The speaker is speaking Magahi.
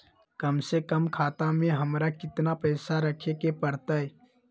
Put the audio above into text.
कम से कम खाता में हमरा कितना पैसा रखे के परतई?